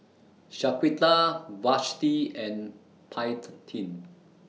Shaquita Vashti and Paityn